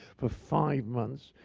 for five months.